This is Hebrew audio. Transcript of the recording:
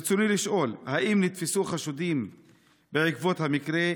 רצוני לשאול: 1. האם נתפסו חשודים בעקבות המקרה?